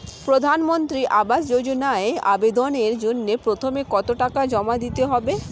প্রধানমন্ত্রী আবাস যোজনায় আবেদনের জন্য প্রথমে কত টাকা জমা দিতে হবে?